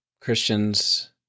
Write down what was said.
Christians